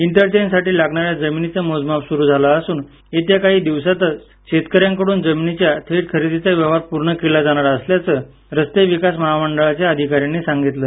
इंटरचेंजसाठी लागणाऱ्या जमिनीचं मोजमाप सुरु झालं असून येत्या काही दिवसात शेतकऱ्यांनाकडून जमिनीच्या थेट खरेदीचा व्यवहार पूर्ण केला जाणार असल्याच रस्ते विकास महामंडळाच्या अधिकाऱ्यांनी संगितलं